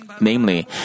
Namely